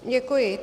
Děkuji.